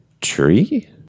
tree